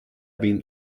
been